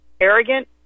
Arrogant